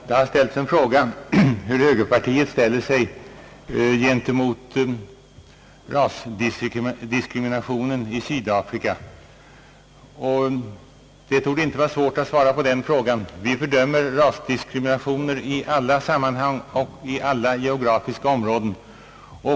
Herr talman! Man har frågat hur högerpartiet ställer sig till rasdiskrimineringen i Sydafrika och det torde inte vara svårt att svara på den frågan. Vi fördömer rasdiskriminering i alla sammanhang och i alla geografiska områden.